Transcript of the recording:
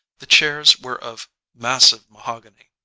the chairs were of massive mahogany,